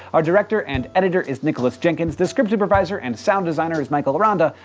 our director and editor is nicholas jenkins, the script supervisor and sound designer is michael aranda,